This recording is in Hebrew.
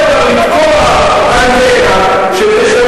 לחברות הסלולר לתקוע אנטנה שתשדר.